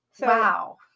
Wow